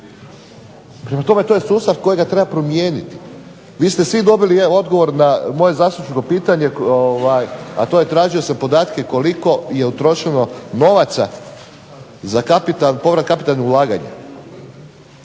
Prema tome, to je sustav kojega treba promijeniti. Vi ste svi dobili odgovor na moje zastupničko pitanje, a to je tražio sam podatke koliko je utrošeno novaca za povrat kapitalnih ulaganja.